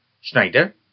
Schneider